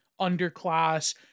underclass